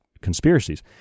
conspiracies